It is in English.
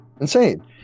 Insane